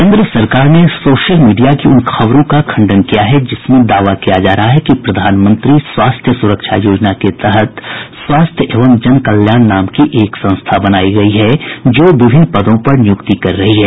केन्द्र सरकार ने सोशल मीडिया की उन खबरों का खंडन किया है कि जिसमें दावा किया जा रहा है कि प्रधानमंत्री स्वास्थ्य सुरक्षा योजना के तहत स्वास्थ्य एवं जनकल्याण नाम की एक संस्था बनायी गयी है जो विभिन्न पदों पर नियुक्ति कर रही है